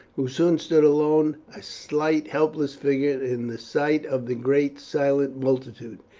who soon stood alone a slight helpless figure in the sight of the great silent multitude.